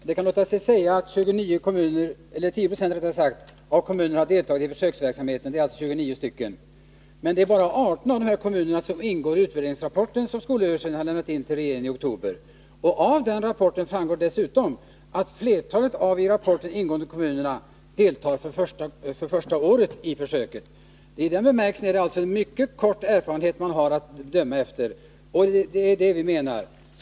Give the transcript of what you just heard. Herr talman! Det kan låta sig sägas att 10 96 av kommunerna har deltagit i försöksverksamheten. Det är alltså 29 stycken, men bara 18 av dem ingår i den utvärderingsrapport som skolöverstyrelsen lämnade in till regeringen i oktober. Av den rapporten framgår dessutom att flertalet av de i rapporten ingående kommunerna deltar för första året i försöket. I den bemärkelsen är det alltså en mycket begränsad erfarenhet man har att döma efter.